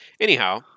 Anyhow